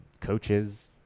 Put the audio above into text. coaches